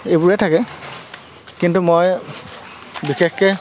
এইবোৰে থাকে কিন্তু মই বিশেষকৈ